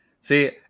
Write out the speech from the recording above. See